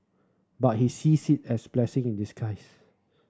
but he sees it as a blessing in disguise